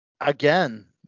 Again